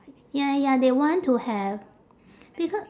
ya ya they want to have because